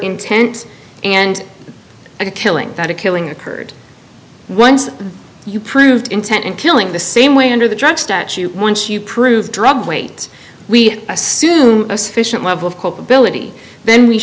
intent and a killing that a killing occurred once you proved intent in killing the same way under the drug statute once you prove drug wait we assume a sufficient level of culpability then we